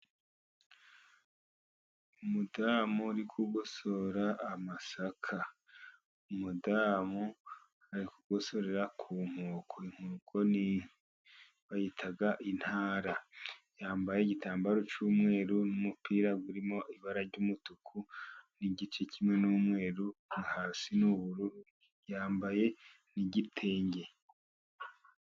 Umudamu uri kugosora amasaka. Umudamu ari kugosorera ku nkoko. Inkoko nini bayita intara. Yambaye igitambaro cy'umweru n'umupira urimo ibara ry'umutuku, igice kimwe n'umweru hasi ni ubururu yambaye n'igitenge.